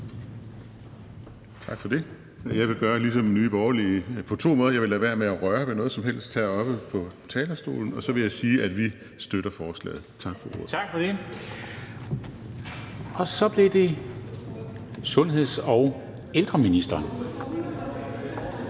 Tak for det. Jeg vil gøre ligesom Nye Borgerlige på to måder: Jeg vil lade være med at røre ved noget som helst heroppe på talerstolen, og så vil jeg sige, at vi støtter forslaget. Tak for ordet. Kl. 12:06 Formanden (Henrik